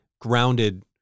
grounded